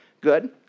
good